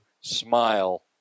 smile